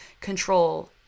control